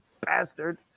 bastard